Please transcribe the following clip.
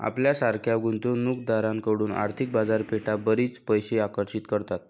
आपल्यासारख्या गुंतवणूक दारांकडून आर्थिक बाजारपेठा बरीच पैसे आकर्षित करतात